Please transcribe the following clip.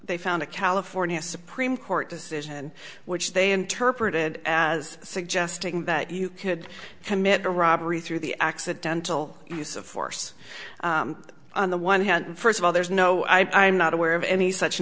they found a california supreme court decision which they interpreted as suggesting that you could commit a robbery through the accidental use of force on the one hand first of all there's no i'm not aware of any such